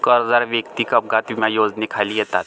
कर्जदार वैयक्तिक अपघात विमा योजनेखाली येतात